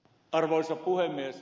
arvoisa puhemies